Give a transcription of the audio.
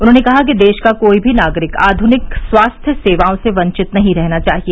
उन्होंने कहा कि देश का कोई भी नागरिक आधुनिक स्वास्थ्य सेवाओं से वंचित नहीं रहना चाहिए